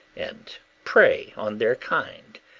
and prey on their kind.